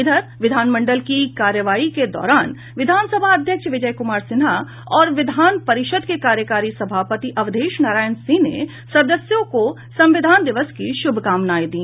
इधर विधानमंडल की कार्यवाही के दौरान विधानसभा अध्यक्ष विजय कुमार सिन्हा और विधान परिषद के कार्यकारी सभापति अवधेश नारायण सिंह ने सदस्यों को संविधान दिवस की शुभकामनाएं दी